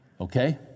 Okay